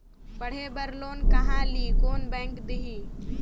पढ़े बर लोन कहा ली? कोन बैंक देही?